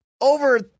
over